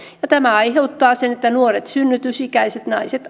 ja tämä aiheuttaa sen että nuoret synnytysikäiset naiset